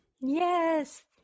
Yes